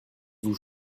vous